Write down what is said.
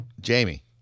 Jamie